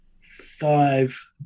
five